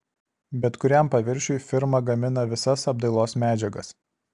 bet kuriam paviršiui firma gamina visas apdailos medžiagas